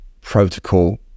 protocol